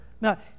Now